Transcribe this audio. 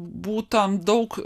būta daug